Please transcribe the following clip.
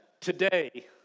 today